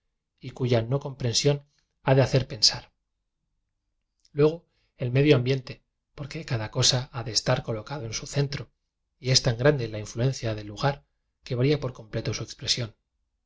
y cuya no comprensión ha de hacer pensar luego el medio ambiente porque cada cosa ha de estar colocado en su centro y es tán grande la influencia de lugar que varía por completo su expresión